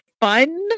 fun